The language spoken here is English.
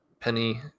Penny